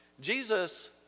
Jesus